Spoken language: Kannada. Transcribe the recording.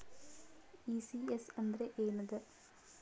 ಈ.ಸಿ.ಎಸ್ ಅಂದ್ರ ಏನದ?